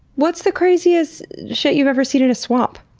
what's the craziest shit you've ever seen in a swamp?